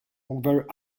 although